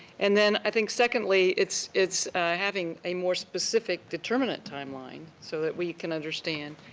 and, then, i think secondly, it's it's having a more specific determinate timeline so that we can understand.